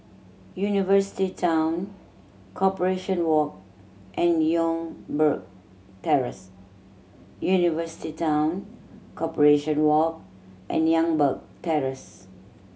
University Town Corporation Walk and Youngberg Terrace University Town Corporation Walk and Youngberg Terrace